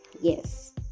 yes